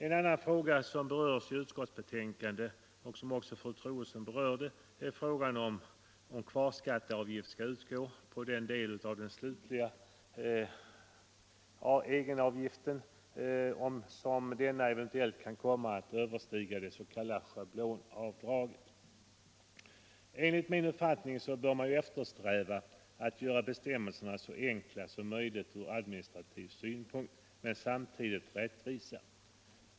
En annan fråga som berörs i utskottsbetänkandet och som också fru Troedsson berörde är frågan om kvarskatteavgift skall utgå på den del av den slutliga egenavgiften med vilken denna kan komma att överstiga det s.k. schablonavdraget. Enligt min uppfattning bör man eftersträva att göra bestämmelserna så enkla som möjligt ur administrativ synpunkt men samtidigt rättvisa.